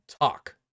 talk